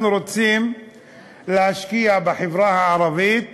אנחנו רוצים להשקיע בחברה הערבית